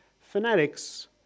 fanatics